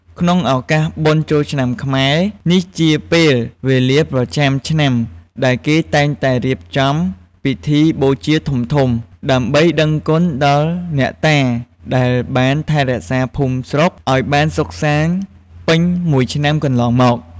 ក្នុងឱកាសបុណ្យចូលឆ្នាំខ្មែរ នេះជាពេលវេលាប្រចាំឆ្នាំដែលគេតែងតែរៀបចំពិធីបូជាធំៗ ដើម្បីដឹងគុណដល់អ្នកតាដែលបានថែរក្សាភូមិស្រុកឲ្យបានសុខសាន្តពេញមួយឆ្នាំកន្លងមក។